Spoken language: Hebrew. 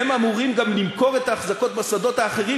הם אמורים למכור את האחזקות בשדות האחרים,